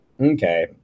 Okay